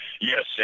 Yes